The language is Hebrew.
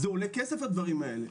זה עולה כסף הדברים האלה.